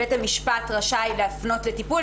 בית המשפט רשאי להפנות לטיפול,